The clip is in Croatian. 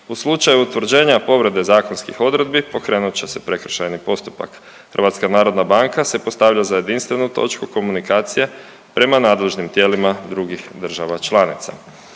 U slučaju utvrđenja povrede zakonskih odredbi pokrenut će se prekršajni postupak. HNB se postavlja za jedinstvenu točku komunikacije prema nadležnim tijelima drugih država članica.